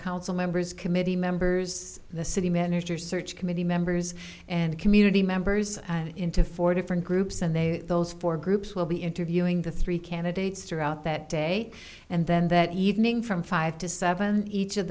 council members committee members the city manager search committee members and community members into four different groups and they those four groups will be interviewing the three candidates throughout that day and then that evening from five to seven each of